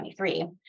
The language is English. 2023